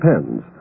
depends